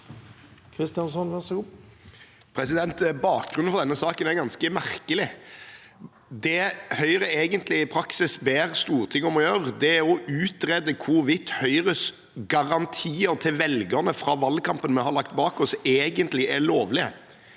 Kristjánsson (R) Bakgrunnen for denne saken er ganske merkelig. Det Høyre i praksis ber Stortinget om å gjøre, er å utrede hvorvidt Høyres garantier til velgerne fra valgkampen vi har lagt bak oss, egentlig er lovlige.